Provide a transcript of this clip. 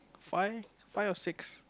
five five or six